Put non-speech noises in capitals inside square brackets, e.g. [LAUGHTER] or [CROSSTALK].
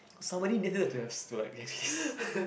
somebody needed to have s~ to like [LAUGHS]